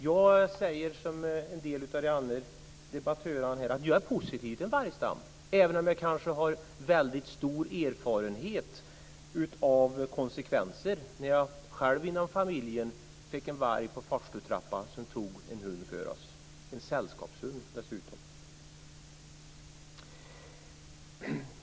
Jag säger som en del av de andra debattörerna här, att jag är positiv till en vargstam, även om jag har väldigt stor erfarenhet av konsekvenserna. Jag har själv haft en varg på farstutrappan som tog en hund för oss, och det var dessutom en sällskapshund.